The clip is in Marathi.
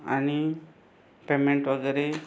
आणि पेमेंट वगैरे